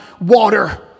water